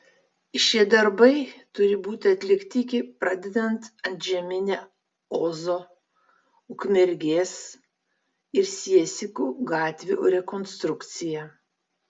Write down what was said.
šie darbai turi būti atlikti iki pradedant antžeminę ozo ukmergės ir siesikų gatvių rekonstrukciją